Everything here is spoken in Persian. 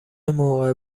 موقع